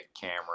camera